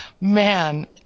Man